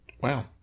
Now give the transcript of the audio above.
Wow